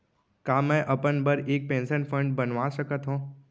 का मैं अपन बर एक पेंशन फण्ड बनवा सकत हो?